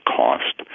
cost